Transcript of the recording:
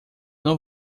não